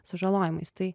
sužalojimais tai